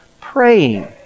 praying